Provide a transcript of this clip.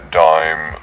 dime